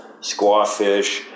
squawfish